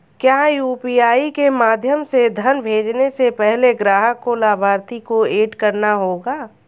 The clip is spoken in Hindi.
क्या यू.पी.आई के माध्यम से धन भेजने से पहले ग्राहक को लाभार्थी को एड करना होगा?